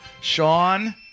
Sean